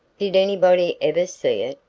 did anybody ever see it?